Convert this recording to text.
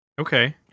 Okay